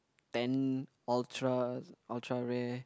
ten ultra ultra rare